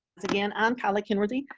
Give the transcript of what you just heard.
again, i'm kyla kenworthy,